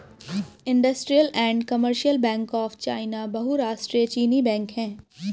industrial and commercial bank of China बहुराष्ट्रीय चीनी bank है